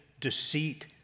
deceit